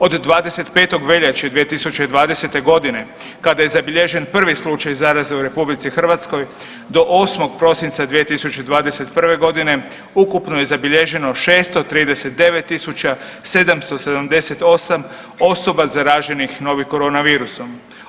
Od 25. veljače 2020. godine kada je zabilježen prvi slučaj zaraze u RH do 8. prosinca 2021. godine ukupno je zabilježeno 639.778 osoba zaraženih novim korona virusom.